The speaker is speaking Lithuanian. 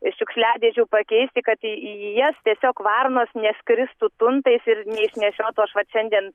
šiukšliadėžių pakeisti kad į į jas tiesiog varnos neskristų tuntais ir neišnešiotų aš vat šiandien